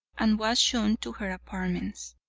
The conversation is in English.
and was shown to her apartments.